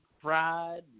fried